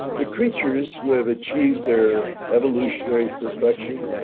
the creatures who have achieved their evolutionary perfection.